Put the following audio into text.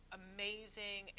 amazing